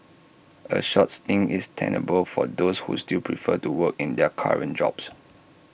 A short stint is tenable for those who still prefer to work in their current jobs